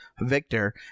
Victor